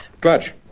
Clutch